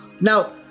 Now